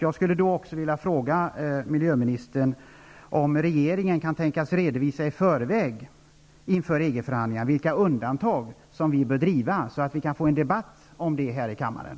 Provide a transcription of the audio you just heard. Jag vill också fråga miljöministern om regeringen kan tänka sig att i förväg inför EG-förhandlingarna redovisa vilka undantag som vi bör driva, så att vi kan få en debatt om detta här i kammaren.